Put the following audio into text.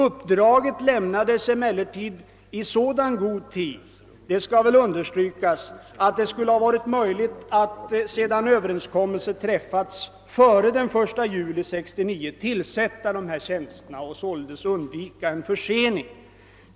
Uppdraget lämnades emellertid i så god tid — det bör poängteras — att det skulle ha varit möjligt att, sedan överenskommelse träffats, fö re den 1 juli 1969 tillsätta dessa tjänster och således undvika en försening.